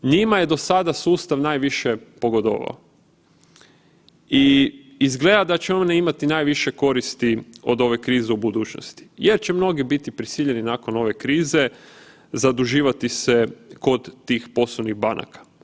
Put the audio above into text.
Njima je do sada sustav najviše pogodovao i izgleda da će one imati najviše koristi od ove krize u budućnosti jer će mnogi biti prisiljeni nakon ove krize zaduživati se kod tih poslovnih banaka.